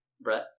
brett